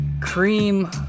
Cream